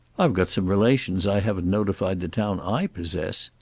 i've got some relations i haven't notified the town i possess,